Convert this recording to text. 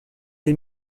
des